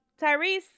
Tyrese